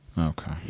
Okay